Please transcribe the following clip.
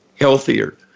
healthier